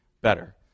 better